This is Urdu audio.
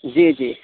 جی جی